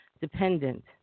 dependent